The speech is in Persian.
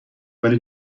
ولی